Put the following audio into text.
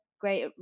great